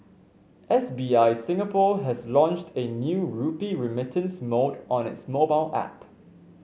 S B I Singapore has launched a new rupee remittance mode on its mobile app